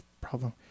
problem